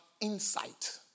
insight